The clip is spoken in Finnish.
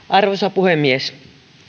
arvoisa puhemies